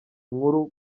nkuru